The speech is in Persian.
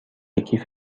کیف